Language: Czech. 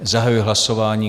Zahajuji hlasování.